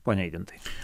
pone eigintai